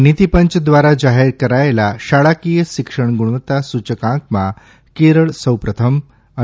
નીતિ પંચ દ્વારા જાહેર કરાચેલા શાળાકીય શિક્ષણ ગુણવત્તા સૂચકાંકમાં કેરળ સૌ પ્રથમ અને